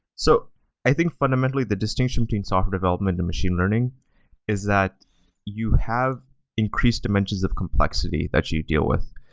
so i think, fundamentally, the distinction between software development and machine learning is that you have increased dimensions of complexity that you deal with.